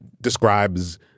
describes